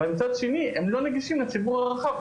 אבל מצד שני הם לא נגישים לציבור הרחב.